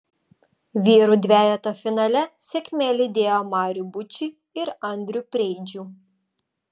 vyrų dvejeto finale sėkmė lydėjo marių bučį ir andrių preidžių